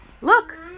look